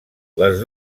les